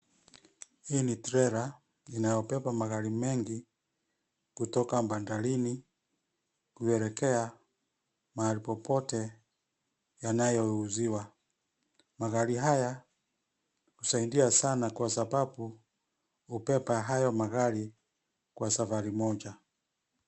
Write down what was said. Hii ni trela, inayobeba magari mengi, kutoka bandarini, kuelekea, mahali popote, yanayouziwa, magari haya, husaidia sana kwa sababu, hubeba hayo magari, kwa safari moja.